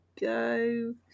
go